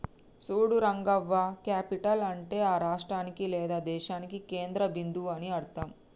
చూడు రంగవ్వ క్యాపిటల్ అంటే ఆ రాష్ట్రానికి లేదా దేశానికి కేంద్ర బిందువు అని అర్థం